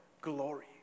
glory